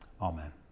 Amen